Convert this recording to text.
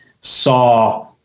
saw